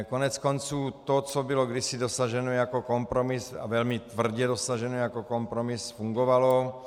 Koneckonců to, co bylo kdysi dosaženo jako kompromis, a velmi tvrdě dosaženo jako kompromis, fungovalo.